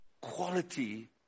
quality